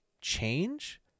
change